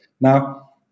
Now